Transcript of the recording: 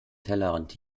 tellerrand